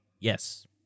yes